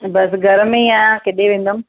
बसि घर में ई आहियां केॾे वेंदमि